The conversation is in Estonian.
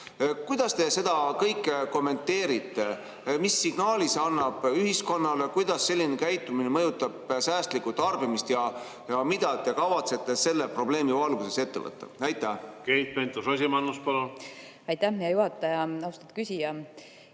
Kuidas te seda kõike kommenteerite? Mis signaali see annab ühiskonnale? Kuidas selline käitumine mõjutab säästlikku tarbimist ja mida te kavatsete selle probleemi valguses ette võtta? Keit Pentus-Rosimannus, palun! Keit Pentus-Rosimannus,